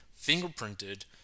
fingerprinted